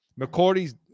mccordy's